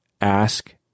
ask